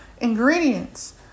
ingredients